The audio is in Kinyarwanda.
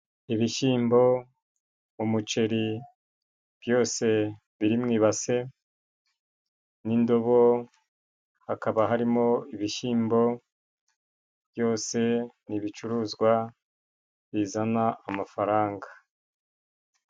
Ibishyimbo, umuceri byose biri mu ibase n'indobo, hakaba harimo ibishyimbo byose ni ibicuruzwa bizana amafaranga.